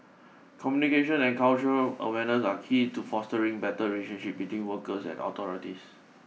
communication and cultural awareness are key to fostering better relationship between workers and authorities